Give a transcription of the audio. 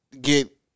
get